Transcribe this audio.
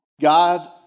God